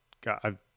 God